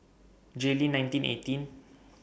Jayleen nineteen eighteen